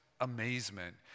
amazement